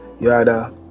Yada